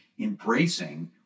embracing